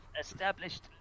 established